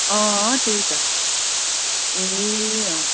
अँ त्यही त ए अँ